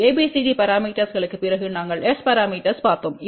ABCD பரமீட்டர்ஸ்ளுக்குப் பிறகு நாங்கள் S பரமீட்டர்ஸ் பார்த்தோம்